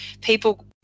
people